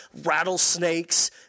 rattlesnakes